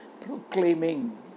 proclaiming